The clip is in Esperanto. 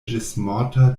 ĝismorta